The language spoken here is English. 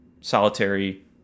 solitary